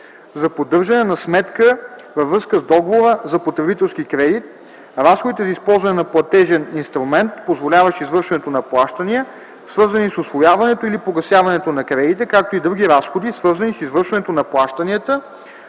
за поддържане на сметка във връзка с договора за потребителски кредит, разходите за използване на платежен инструмент, позволяващ извършването на плащания, свързани с усвояването или погасяването на кредита, както и други разходи, свързани с извършването на плащанията,